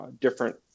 different